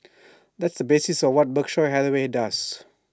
that's the basis of what Berkshire Hathaway does